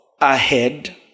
ahead